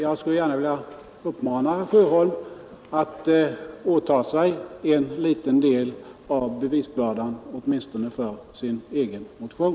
Jag skulle vilja uppmana herr Sjöholm att påta sig en liten del av bevisbördan, åtminstone för sin egen motion.